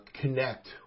connect